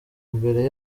imbere